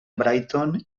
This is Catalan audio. brighton